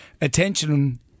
Attention